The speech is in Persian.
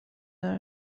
دار